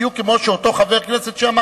בדיוק כמו שאותו חבר כנסת שאמר,